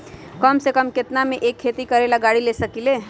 कम से कम केतना में हम एक खेती करेला गाड़ी ले सकींले?